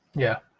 yeah.